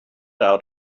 out